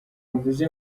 mvuze